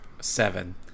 Seven